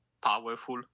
powerful